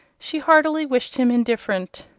she heartily wished him indifferent.